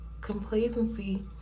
complacency